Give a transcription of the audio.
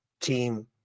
team